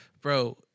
bro